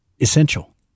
essential